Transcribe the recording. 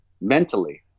mentally